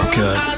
good